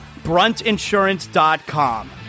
Bruntinsurance.com